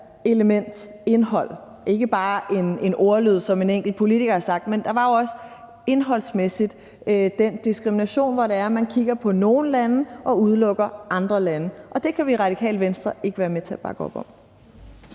det her indholdselement, ikke bare en ordlyd, som en enkelt politiker har sagt, men indholdsmæssigt den diskrimination, hvor man kigger på nogle lande og udelukker andre lande. Og det kan vi i Radikale Venstre ikke være med til at bakke op om.